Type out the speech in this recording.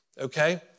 okay